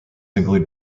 include